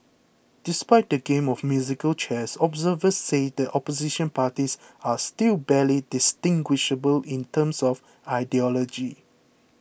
despite the game of musical chairs observers say the Opposition parties are still barely distinguishable in terms of ideology